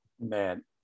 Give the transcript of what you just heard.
Man